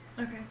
okay